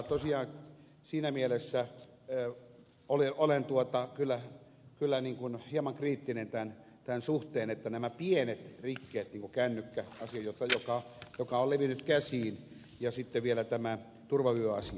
tosiaan siinä mielessä olen kyllä hieman kriittinen näiden pienten rikkeiden suhteen niin kuin kännykkä asia joka on levinnyt käsiin ja sitten vielä tämä turvavyö asia